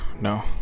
No